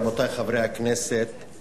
רבותי חברי הכנסת,